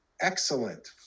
excellent